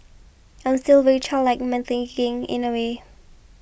I'm still very childlike in my thinking in a way